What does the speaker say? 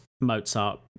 Mozart